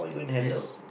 ya